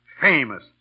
famous